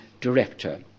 director